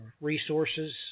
resources